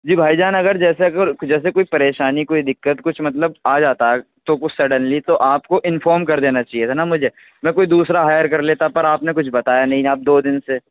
جی بھائی جان اگر جیسا کر جیسے کوئی پریشانی کوئی دقت کچھ مطلب آ جاتا ہے تو کچھ سڈنلی تو آپ کو انفورم کر دینا چاہیے تھا نا مجھے میں کوئی دوسرا ہائیر کر لیتا پر آپ نے کچھ بتایا نہیں نا اب دو دِن سے